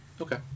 Okay